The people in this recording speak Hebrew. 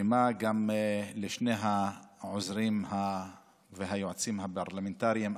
שלמה גם לשני העוזרים והיועצים הפרלמנטריים,